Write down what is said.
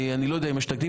אני לא יודע אם יש תקדים.